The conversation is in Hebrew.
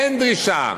אין דרישה,